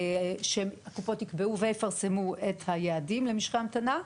שהקופות יקבעו ויפרסמו את היעדים למשכי ההמתנה,